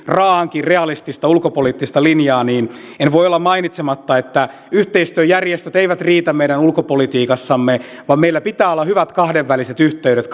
raaankin realistista ulkopoliittista linjaa en voi olla mainitsematta että yhteistyöjärjestöt eivät riitä meidän ulkopolitiikassamme vaan meillä pitää olla hyvät kahdenväliset yhteydet